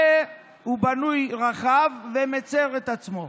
והוא בנוי רחב ומצר את עצמו.